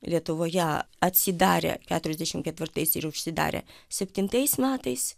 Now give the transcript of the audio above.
lietuvoje atsidarė keturiasdešim ketvirtais ir užsidarė septintais metais